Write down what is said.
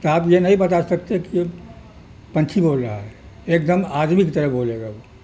تو آپ یہ نہیں بتا سکتے کہ پنچھی بول رہا ہے ایک دم آدمی کی طرح بولے گا وہ